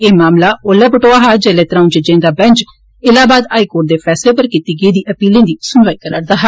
एह् मामला ओल्लै पट्टोआ हा जेल्लै त्रौ'ऊं जजें दा बैंच इलाहबाद हाईकोर्ट दे फैसले पर कीती गेदियें अपीलें दी सुनवाई करै'रदा ऐ